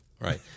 Right